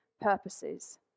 purposes